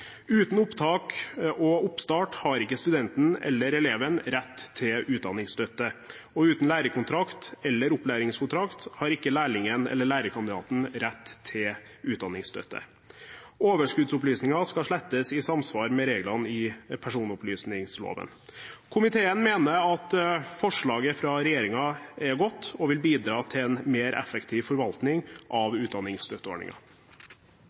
Uten opptak og oppstart har ikke studenten eller eleven rett til utdanningsstøtte, og uten lærekontrakt eller opplæringskontrakt har ikke lærlingen eller lærekandidaten rett til utdanningsstøtte. Overskuddsopplysninger skal slettes, i samsvar med reglene i personopplysningsloven. Komiteen mener at forslaget fra regjeringen er godt og vil bidra til en mer effektiv forvaltning av